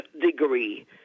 degree